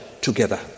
together